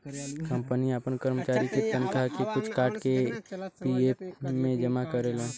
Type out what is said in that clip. company आपन करमचारी के तनखा के कुछ काट के पी.एफ मे जमा करेलन